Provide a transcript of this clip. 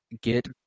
get